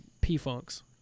P-funks